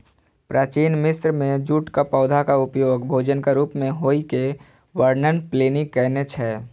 प्राचीन मिस्र मे जूटक पौधाक उपयोग भोजनक रूप मे होइ के वर्णन प्लिनी कयने छै